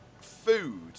Food